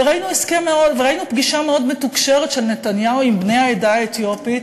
וראינו פגישה מאוד מתוקשרת של נתניהו עם בני העדה האתיופית,